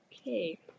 Okay